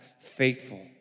faithful